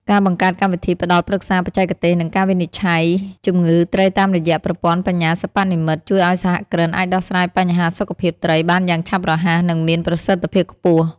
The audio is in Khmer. ការបង្កើតកម្មវិធីផ្តល់ប្រឹក្សាបច្ចេកទេស និងការវិនិច្ឆ័យជំងឺត្រីតាមរយៈប្រព័ន្ធបញ្ញាសិប្បនិម្មិត ជួយឱ្យសហគ្រិនអាចដោះស្រាយបញ្ហាសុខភាពត្រីបានយ៉ាងឆាប់រហ័ស និងមានប្រសិទ្ធភាពខ្ពស់។